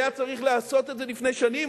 היה צריך לעשות את זה לפני שנים,